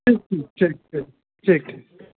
ठीक ठीक ठीक ठीक